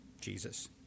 Jesus